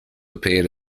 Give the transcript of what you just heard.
appeared